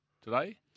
today